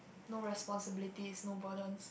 no responsibilities no burdens